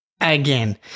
Again